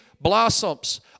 blossoms